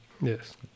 yes